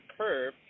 curve